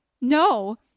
no